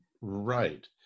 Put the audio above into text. Right